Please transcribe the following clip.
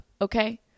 Okay